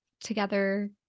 together